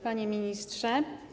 Panie Ministrze!